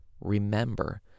Remember